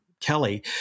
Kelly